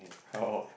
oh